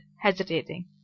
hesitating